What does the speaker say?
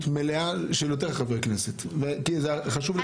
מלאה של יותר חברי כנסת כי זה חשוב לכולנו.